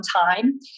time